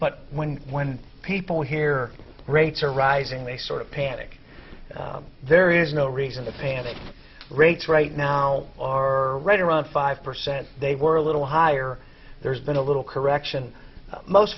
but when when people hear rates are rising they sort of panic there is no reason to panic rates right now are right around five percent they were a little higher there's been a little correction most